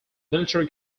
military